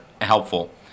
helpful